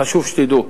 חשוב שתדעו: